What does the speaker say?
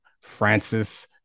Francis